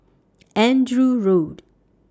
Andrew Road